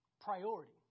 Priority